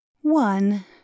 One